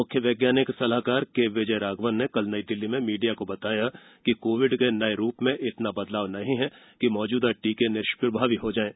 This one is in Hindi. मुख्य वैज्ञानिक सलाहकार के विजय राघवन ने कल नई दिल्ली में मीडिया को बताया कि कोविड के नये रूप में इतना बदलाव नहीं है कि मौजूदा टीके निष्प्रमावी हो जायें